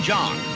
John